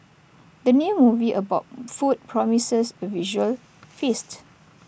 the new movie about food promises A visual feast